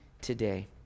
today